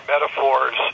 metaphors